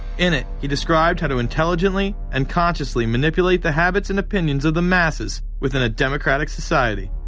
in it, he described how to intelligently and consciously manipulate the habits and opinions of the masses within a democratic society.